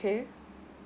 okay